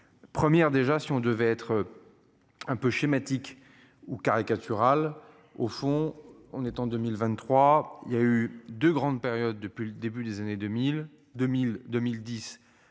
Première déjà si on devait être. Un peu schématique ou caricaturale, au fond, on est en 2023, il y a eu de grandes périodes depuis le début des années 2002 1002,